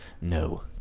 No